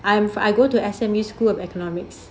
I am I go to S_M_U school of economics